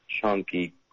chunky